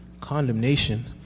condemnation